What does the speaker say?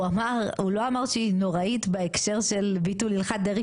הוא לא אמר שהיא נוראית בהקשר של ביטול הלכת דרעי